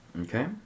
Okay